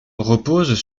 reposent